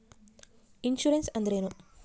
Insurance ಅಂದ್ರೇನು?